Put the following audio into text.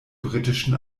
britischen